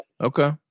Okay